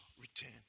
return